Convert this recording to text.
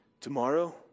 tomorrow